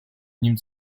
nim